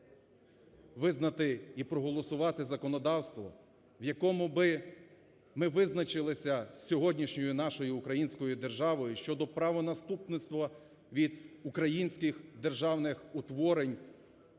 визнати і проголосувати законодавство, в якому би ми визначилися з сьогоднішньою нашою українською державою щодо правонаступництво від українських державних утворень,